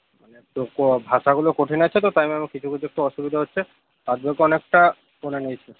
ভাষাগুলো কঠিন আছে তো তাই ম্যাম কিছু কিছু একটু অসুবিধা হচ্ছে অনেকটা পড়ে নিয়েছি